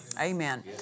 Amen